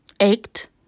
ached